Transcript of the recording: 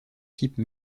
type